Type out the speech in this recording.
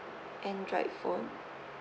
android phone